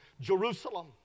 Jerusalem